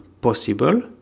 possible